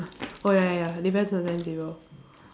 oh ya ya ya depends on timetable